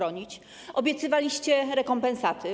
Obiecywaliście rekompensaty.